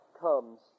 comes